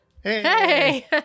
Hey